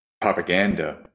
propaganda